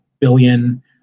billion